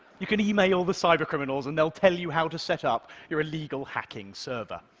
you can email the cybercriminals and they'll tell you how to set up your illegal hacking server.